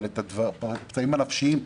אבל את הפצעים הנפשיים,